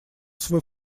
свой